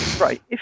right